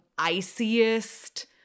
iciest